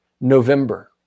November